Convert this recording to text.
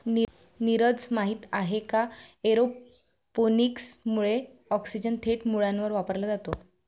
नीरज, माहित आहे का एरोपोनिक्स मुळे ऑक्सिजन थेट मुळांवर वापरला जातो